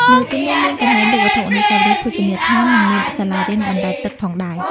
នៅទីនោះមានកន្លែងលក់វត្ថុអនុស្សាវរីយ៍ ភោជនីយដ្ឋាន និងមានសាលារៀនបណ្តែតទឹកផងដែរ។